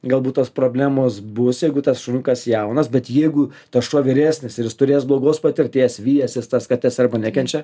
galbūt tos problemos bus jeigu tas šuniukas jaunas bet jeigu tas šuo vyresnis ir jis turės blogos patirties vijęsis tas kates arba nekenčia